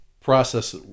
process